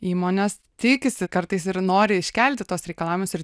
įmonės tikisi kartais ir nori iškelti tuos reikalavimus ir